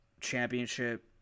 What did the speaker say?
championship